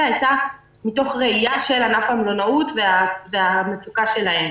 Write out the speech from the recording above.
הייתה מתוך ראייה של ענף המלונאות והמצוקה שלו.